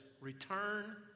return